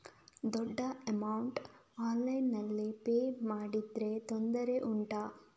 ದೊಡ್ಡ ಅಮೌಂಟ್ ಆನ್ಲೈನ್ನಲ್ಲಿ ಪೇ ಮಾಡಿದ್ರೆ ತೊಂದರೆ ಉಂಟಾ?